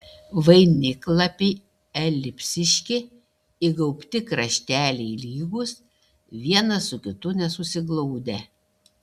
vainiklapiai elipsiški įgaubti krašteliai lygūs vienas su kitu nesusiglaudę